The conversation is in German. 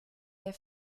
der